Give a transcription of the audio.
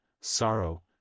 sorrow